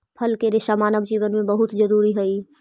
फल के रेसा मानव जीवन में बहुत जरूरी हई